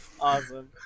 Awesome